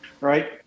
Right